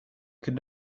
could